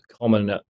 common